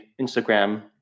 Instagram